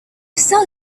sell